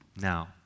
Now